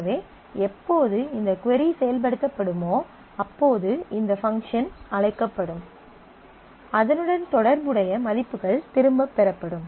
எனவே எப்போது இந்த கொரி செயல்படுத்தப்படுமோ அப்போது இந்த பங்க்ஷன் அழைக்கப்படும் அதனுடன் தொடர்புடைய மதிப்புகள் திரும்பப் பெறப்படும்